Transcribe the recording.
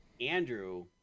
andrew